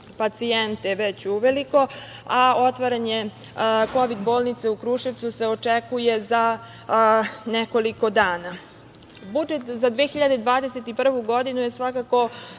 pacijente već uveliko, a otvaranje kovid bolnice u Kruševcu se očekuje za nekoliko dana. Budžet za 2021. godinu je svakako